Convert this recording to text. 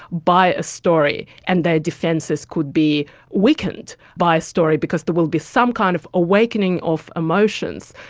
by a story, and their defences could be weakened by a story because there will be some kind of awakening of emotions.